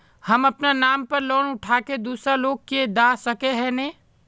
हम अपना नाम पर लोन उठा के दूसरा लोग के दा सके है ने